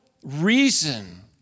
Reason